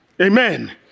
amen